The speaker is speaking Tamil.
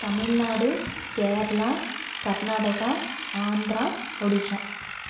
தமிழ்நாடு கேரளா கர்நாடகா ஆந்திரா ஒடிஷா